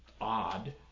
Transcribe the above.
odd